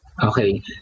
Okay